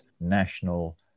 National